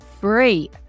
free